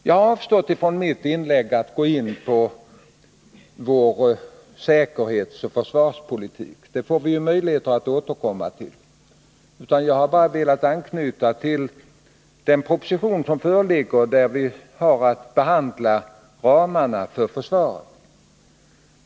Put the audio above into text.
Jag har i mitt inlägg avstått från att gå in på vår säkerhetsoch försvarspolitik — den får vi möjlighet att återkomma till — utan har bara velat anknyta till den proposition som föreligger och där vi har att behandla ramarna för försvaret.